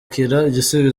cy’igihe